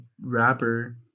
rapper